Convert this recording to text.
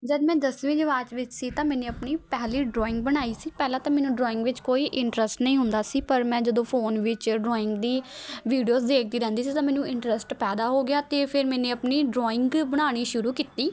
ਜਦੋਂ ਮੈਂ ਦਸਵੀਂ ਜਮਾਤ ਵਿੱਚ ਸੀ ਤਾਂ ਮੈਨੇ ਅਪਣੀ ਪਹਿਲੀ ਡਰੋਇੰਗ ਬਣਾਈ ਸੀ ਪਹਿਲਾਂ ਤਾਂ ਮੈਨੂੰ ਡਰੋਇੰਗ ਵਿੱਚ ਕੋਈ ਇਨਟਰੱਸਟ ਨਹੀਂ ਹੁੰਦਾ ਸੀ ਪਰ ਮੈਂ ਜਦੋਂ ਫੋਨ ਵਿੱਚ ਡਰੋਇੰਗ ਦੀ ਵੀਡੀਓਸ ਦੇਖਦੀ ਰਹਿੰਦੀ ਸੀ ਤਾਂ ਮੈਨੂੰ ਇਨਟਰੱਸਟ ਪੈਦਾ ਹੋ ਗਿਆ ਅਤੇ ਫਿਰ ਮੈਨੇ ਅਪਣੀ ਡਰੋਇੰਗ ਬਣਾਉਣੀ ਸ਼ੁਰੂ ਕੀਤੀ